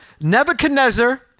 Nebuchadnezzar